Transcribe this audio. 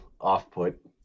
off-put